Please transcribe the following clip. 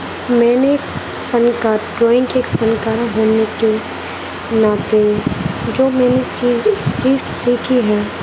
میں نے فن کا ڈرائنگ فنکار ہونے کے ناطے جو میں نے چیز چیز سیکھی ہے